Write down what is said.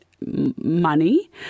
money